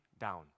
down